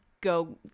go